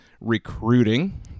recruiting